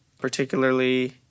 particularly